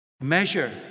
Measure